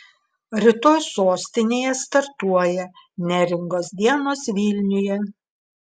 rytoj sostinėje startuoja neringos dienos vilniuje